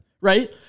right